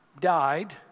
died